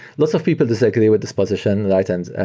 lots of people disagree with this position like and and